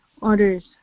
orders